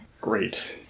Great